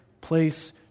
place